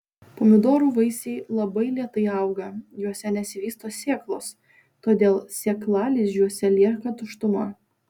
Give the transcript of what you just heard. pomidorų vaisiai labai lėtai auga juose nesivysto sėklos todėl sėklalizdžiuose lieka tuštuma